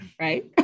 Right